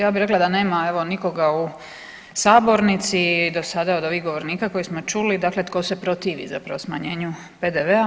Ja bih rekla da nema evo nikoga u sabornici do sada od ovih govornika koje smo čuli, dakle tko se protivi zapravo smanjenju PDV-a.